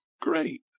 great